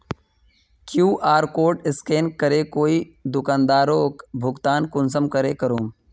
QR code scan करे कोई दुकानदारोक भुगतान कुंसम करे करूम?